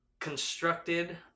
constructed